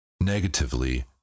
Negatively